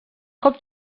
cop